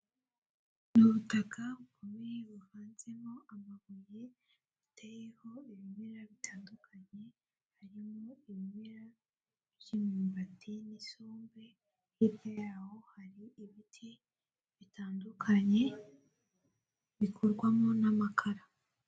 N'ubutaka bukomeye buvanzemo amabuye ateyeho ibimera bitandukanye, harimo ibimera by'imyumbati n'isombe, hirya yaho hari ibiti bitandukanye bikorwamo n'amakara.